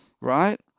right